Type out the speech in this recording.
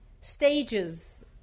stages